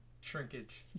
Shrinkage